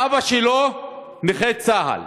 אבא שלו נכה צה"ל.